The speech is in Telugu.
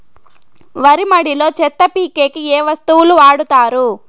వరి మడిలో చెత్త పీకేకి ఏ వస్తువులు వాడుతారు?